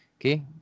okay